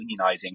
unionizing